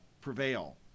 prevail